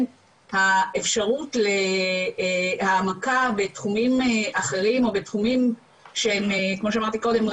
האפשרות להעמקה בתחומים אחרים או בתחומים שהם כמו שאמרתי קודם,